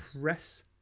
press